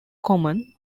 common